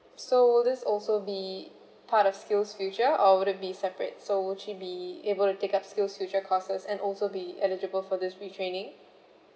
so this also be part of skillsfuture or would it be separate so she'd be able to take up skillsfuture courses and also be eligible for this re training